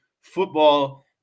football